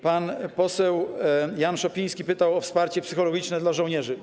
Pan poseł Jan Szopiński pytał o wsparcie psychologiczne dla żołnierzy.